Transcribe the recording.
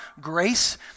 grace